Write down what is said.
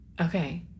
Okay